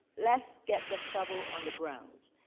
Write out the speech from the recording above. let's get the shovel on the ground.